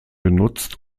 genutzt